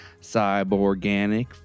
cyborganic